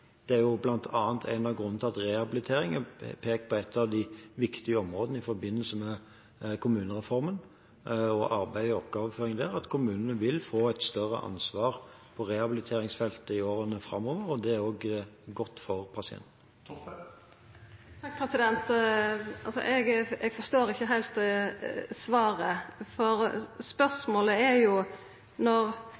Det er bl.a. en av grunnene til at rehabilitering er pekt på som et av de viktige områdene i forbindelse med kommunereformen og arbeids- og oppgavefordelingen der, at kommunene vil få et større ansvar på rehabiliteringsfeltet i årene framover. Det er også godt for pasienten. Eg forstår ikkje heilt svaret, for